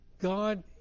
God